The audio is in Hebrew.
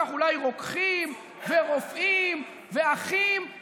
זה לא מתאים לך, זה לא מתאים לך.